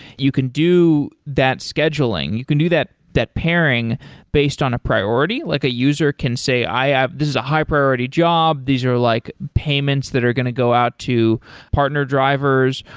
you can do that scheduling. you can do that that pairing based on a priority. like a user can say, this is a high-priority job. these are like payments that are going to go out to partner drivers,